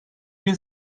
bin